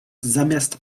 zamiast